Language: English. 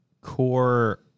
core